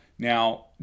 Now